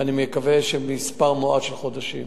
ואני מקווה שמספר מועט של חודשים.